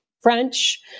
French